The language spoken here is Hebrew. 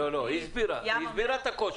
לא, היא הסבירה את הקושי.